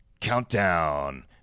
Countdown